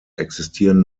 existieren